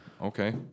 okay